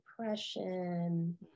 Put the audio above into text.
depression